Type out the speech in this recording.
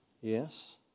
yes